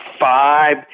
five